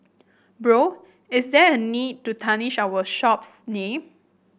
Bro is there a need to tarnish our shop's name